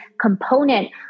component